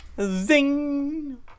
Zing